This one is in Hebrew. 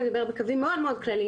אני אדבר בקווים מאוד כלליים.